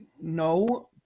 No